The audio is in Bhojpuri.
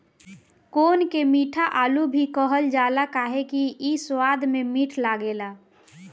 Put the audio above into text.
कोन के मीठा आलू भी कहल जाला काहे से कि इ स्वाद में मीठ लागेला